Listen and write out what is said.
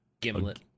gimlet